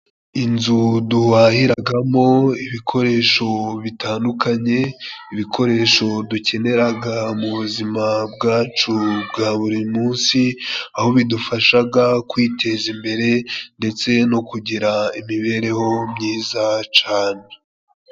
Inzu duhahiragamo ibikoresho bitandukanye, ibikoresho dukeneraga mu buzima bwacu bwa buri munsi, aho bidufashaga kwiteza imbere ndetse no kugira imibereho myiza cane.